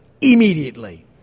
immediately